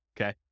okay